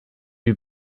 you